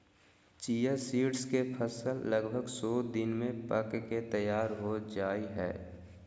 chia seeds के फसल लगभग सो दिन में पक के तैयार हो जाय हइ